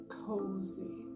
cozy